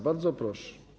Bardzo proszę.